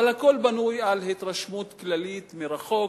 אבל הכול בנוי על התרשמות כללית מרחוק.